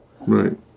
Right